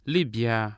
Libya